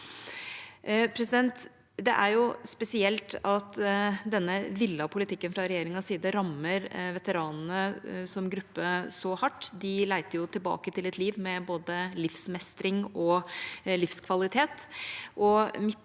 Det er jo spesielt at denne villede politikken fra regjeringas side rammer veteranene som gruppe så hardt; de søker jo tilbake til et liv med både livsmestring og livskvalitet.